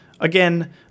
Again